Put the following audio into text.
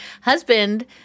husband